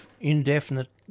indefinite